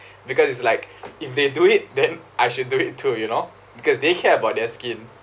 because it's like if they do it then I should do it too you know because they care about their skin